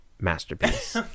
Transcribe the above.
masterpiece